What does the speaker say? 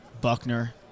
Buckner